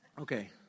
Okay